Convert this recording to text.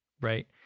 Right